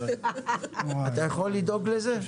אתה יכול לדאוג לזה?